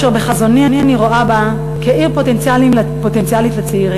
אשר בחזוני אני רואה אותה כעיר פוטנציאלית לצעירים,